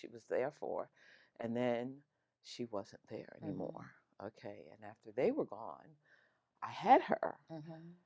she was there for and then she wasn't there anymore ok and after they were gone i had her